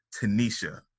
Tanisha